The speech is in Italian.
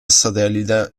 satellite